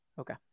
Okay